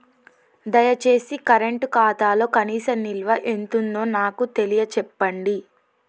దయచేసి నా కరెంట్ ఖాతాలో కనీస నిల్వ ఎంతుందో నాకు తెలియచెప్పండి